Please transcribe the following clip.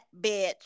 bitch